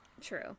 True